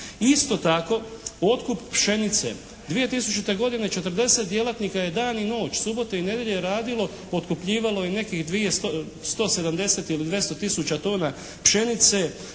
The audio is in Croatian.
Isto tako otkup pšenice. 2000. godine 40 djelatnika je dan i noć, subote i nedjelje radilo, otkupljivalo je nekih 170 ili 200 tisuća tona pšenice,